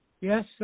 yes